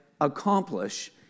accomplish